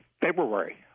February